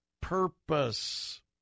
purpose